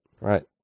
right